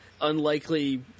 unlikely